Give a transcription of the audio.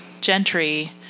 gentry